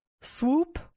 Swoop